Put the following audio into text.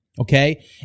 okay